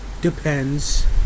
depends